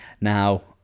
Now